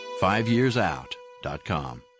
FiveYearsOut.com